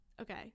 okay